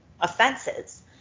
offenses